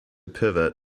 pivot